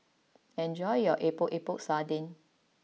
enjoy your Epok Epok Sardin